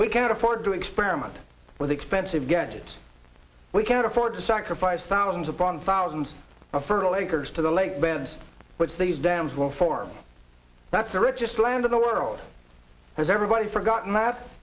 we can't afford to experiment with expensive gadgets we can't afford to sacrifice thousands upon thousands of fertile anchors to the lake beds which these dams will form that's the richest land in the world because everybody forgotten that